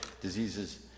diseases